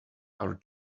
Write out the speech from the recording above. our